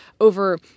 over